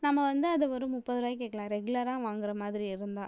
நம்ம வந்து அது ஒரு முப்பது ருபாய்க்கு கேட்கலாம் ரெகுலராக வாங்குற மாதிரி இருந்தால்